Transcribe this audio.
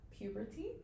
puberty